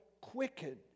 quicken